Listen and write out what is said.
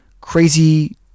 crazy